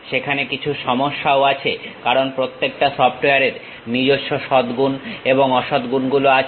সেখানে কিছু সমস্যাও আছে কারণ প্রত্যেকটা সফটওয়্যারের নিজস্ব সদগুণ এবং অসদগুণগুলো আছে